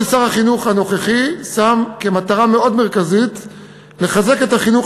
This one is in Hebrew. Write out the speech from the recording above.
שר החינוך הנוכחי שם כמטרה מאוד מרכזית לחזק את החינוך